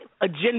agenda